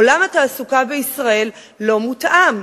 עולם התעסוקה בישראל לא מותאם,